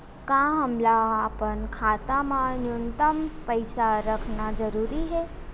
का हमला अपन खाता मा न्यूनतम पईसा रखना जरूरी हे?